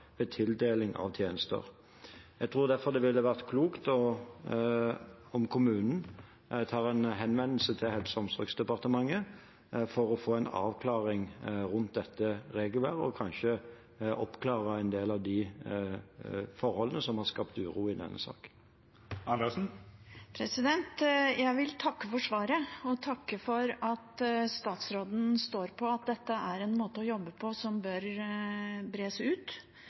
ved tildeling av tjenester. Jeg tror derfor det ville være klokt om kommunen sendte en henvendelse til Helse- og omsorgsdepartementet for å få en avklaring rundt dette regelverket og kanskje få oppklart en del av de forholdene som har skapt uro i denne saken. Jeg vil takke for svaret og for at statsråden står på at dette er en måte å jobbe på som bør bres ut,